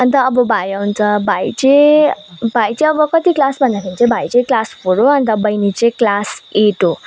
अन्त अब भाइ आउँछ भाइ चाहिँ भाइ चाहिँ अब कति क्लास भन्दाखेरि चाहिँ भाइ चाहिँ क्लास फोर हो अन्त बहिनी चाहिँ क्लास एट हो